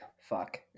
fuck